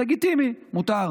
לגיטימי, מותר.